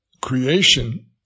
creation